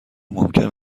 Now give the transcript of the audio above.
ممکن